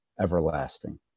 everlasting